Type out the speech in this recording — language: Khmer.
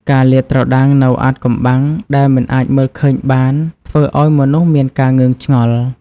ការលាតត្រដាងនូវអាថ៌កំបាំងដែលមិនអាចមើលឃើញបានធ្វើឲ្យមនុស្សមានការងឿងឆ្ងល់។